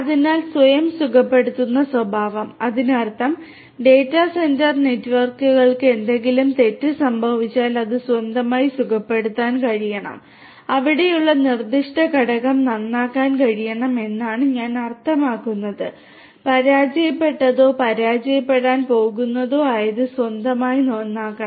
അതിനാൽ സ്വയം സുഖപ്പെടുത്തുന്ന സ്വഭാവം അതിനർത്ഥം ഡാറ്റാ സെന്റർ നെറ്റ്വർക്ക് എന്തെങ്കിലും തെറ്റ് സംഭവിച്ചാൽ അത് സ്വന്തമായി സുഖപ്പെടുത്താൻ കഴിയണം അവിടെയുള്ള നിർദ്ദിഷ്ട ഘടകം നന്നാക്കാൻ കഴിയണം എന്നാണ് ഞാൻ അർത്ഥമാക്കുന്നത് പരാജയപ്പെട്ടതോ പരാജയപ്പെടാൻ പോകുന്നതോ ആയത് സ്വന്തമായി നന്നാക്കണം